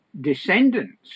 descendants